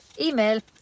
email